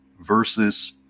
versus